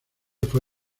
fue